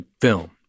film